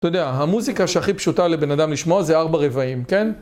אתה יודע, המוזיקה שהכי פשוטה לבן אדם לשמוע זה ארבע רבעים, כן?